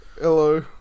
Hello